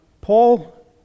Paul